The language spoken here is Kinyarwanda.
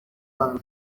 bana